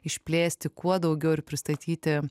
išplėsti kuo daugiau ir pristatyti